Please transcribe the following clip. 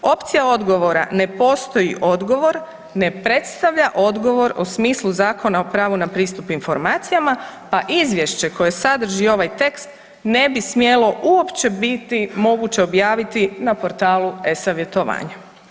Opcija odgovora „ne postoji odgovor“ ne predstavlja odgovor u smislu Zakona o pravu na pristup informacijama, pa izvješće koje sadrži ovaj tekst ne bi smjelo uopće biti moguće objaviti na portalu e-savjetovanje.